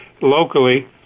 locally